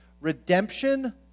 redemption